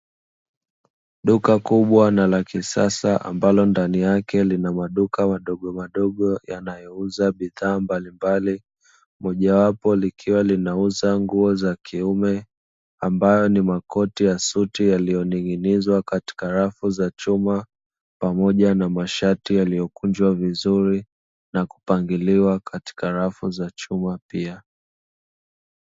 Duka kubwa na la kisasa ambalo ndani yake lina maduka madogomadogo yanayouza bidhaa mbalimbali, mojawapo likiwa linauza nguo za kiume ambayo ni makoti ya suti yaliyoning'inizwa katika rafu za chuma pamoja na mashati yaliyokunjwa vizuri na kupangiliwa katika rafu za chuma pia.